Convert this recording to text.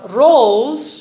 roles